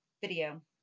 video